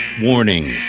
Warning